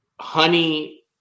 Honey